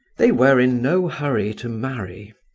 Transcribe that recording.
they were in no hurry to marry.